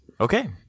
Okay